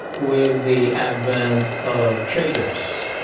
with the advent of traders,